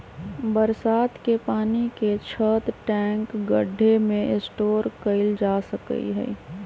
बरसात के पानी के छत, टैंक, गढ्ढे में स्टोर कइल जा सका हई